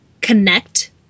connect